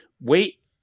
wait